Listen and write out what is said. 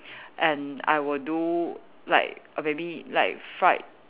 and I will do like maybe like fried